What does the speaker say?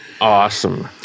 awesome